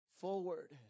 forward